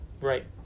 Right